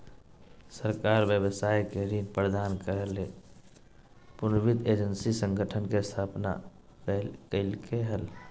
सरकार व्यवसाय के ऋण प्रदान करय ले पुनर्वित्त एजेंसी संगठन के स्थापना कइलके हल